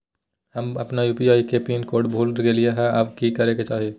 हम अपन यू.पी.आई के पिन कोड भूल गेलिये हई, अब की करे के चाही?